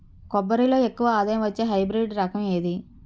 కొబ్బరి లో ఎక్కువ ఆదాయం వచ్చే హైబ్రిడ్ రకం ఏది?